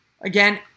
again